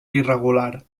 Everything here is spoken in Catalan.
irregular